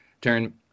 turn